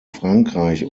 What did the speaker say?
frankreich